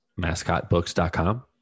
Mascotbooks.com